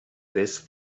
this